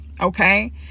okay